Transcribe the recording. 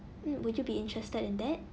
mm would you be interested in that